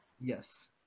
Yes